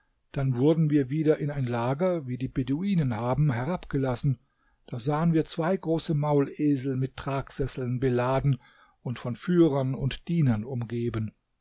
dann wurden wir wieder in ein lager wie die beduinen haben herabgelassen da sahen wir zwei große maulesel mit tragsesseln beladen und von führern und dienern umgeben